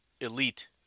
elite